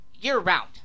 year-round